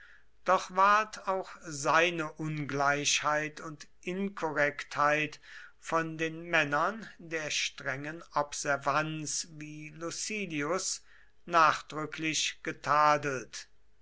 doch ward auch seine ungleichheit und inkorrektheit von den männern der strengen observanz wie lucilius nachdrücklich